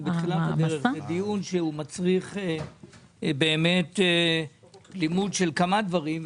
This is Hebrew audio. אנחנו בתחילת הדרך בדיון שמצריך באמת לימוד של כמה דברים,